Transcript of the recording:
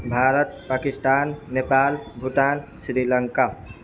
Bharat Pakistan Nepal Bhutan Sri Lanka